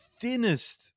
thinnest